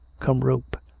come rope!